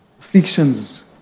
afflictions